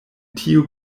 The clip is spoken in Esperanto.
tiu